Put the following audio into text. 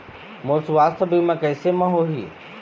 मोर सुवास्थ बीमा कैसे म होही?